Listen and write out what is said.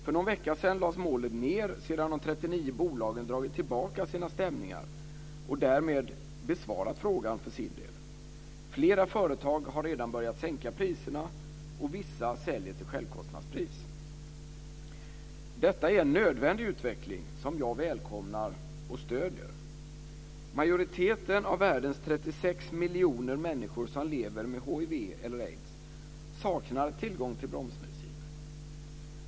För någon vecka sedan lades målet ned sedan de 39 bolagen dragit tillbaka sina stämningar och därmed besvarat frågan för sin del. Flera företag har redan börjat sänka priserna, och vissa säljer till självkostnadspris. Detta är en nödvändig utveckling som jag välkomnar och stöder. Majoriteten av världens 36 miljoner människor som lever med hiv eller aids saknar tillgång till bromsmediciner.